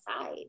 side